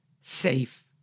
safe